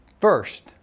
First